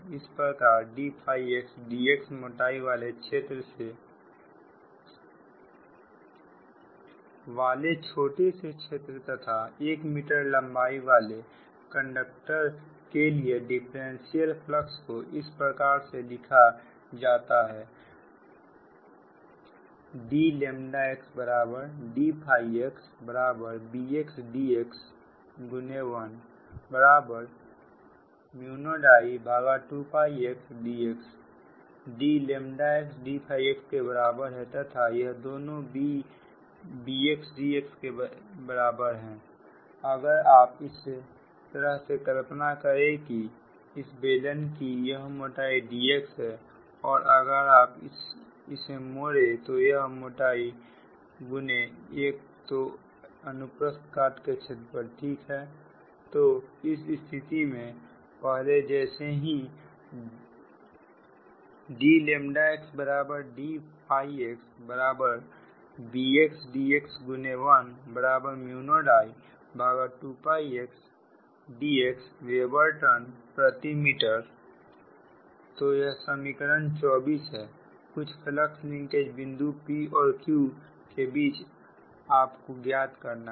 इस प्रकार dx dx मोटाई वाले छोटे से क्षेत्र तथा 1 मीटर लंबाई वाले कंडक्टर के लिए डिफरेंशियल फ्लक्स को इस प्रकार से लिखा जाता है dxdxBxdx10I2xdx dxdxके बराबर है तथा यह दोनों Bxdx1 के बराबर हैं अगर आप इस तरह से कल्पना करें कि इस बेलन की यह मोटाई dx है और अगर आप इसे मोरे तो यह मोटाई गुने एक तो अनुप्रस्थ काट का क्षेत्रफल ठीक है तो इस स्थिति में पहले जैसा ही dxdxBxdx10I2xdxवेबर टर्न प्रति मीटर तो यह समीकरण 24 है कुछ फ्लक्स लिंकेज बिंदु p और q के बीच के बीच आपको ज्ञात करना है